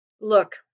Look